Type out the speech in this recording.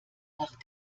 nach